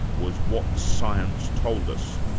was what science told us.